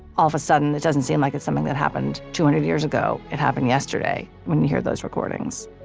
all of a sudden it doesn't seem like it's something that happened two hundred years ago. it happened yesterday when you hear those recordings